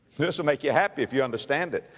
this'll make you happy if you understand it.